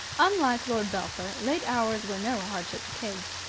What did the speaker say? unlike lord belpher late hours were no hardship to keggs.